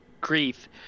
grief